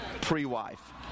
pre-wife